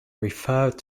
referred